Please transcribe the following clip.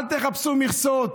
אל תחפשו מכסות.